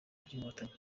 by’inkotanyi